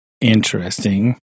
interesting